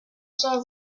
cent